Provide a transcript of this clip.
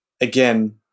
again